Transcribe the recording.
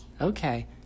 Okay